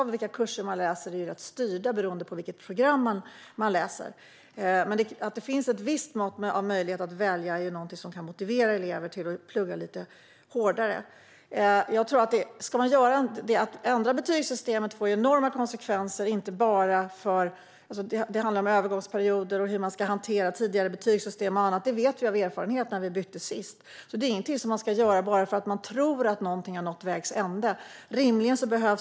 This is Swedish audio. Vilka kurser man läser styrs till större delen av vilket program man går. Att det finns en viss möjlighet att välja kan motivera elever att plugga lite hårdare. Att ändra betygssystemet får enorma konsekvenser. Det handlar om övergångsperioder och hur man ska hantera tidigare betygssystem och annat. Det vet jag av erfarenhet från när vi bytte senast. Det är inget man ska göra bara för att man tror att något har nått vägs ände.